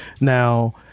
Now